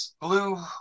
blue